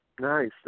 Nice